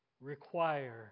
require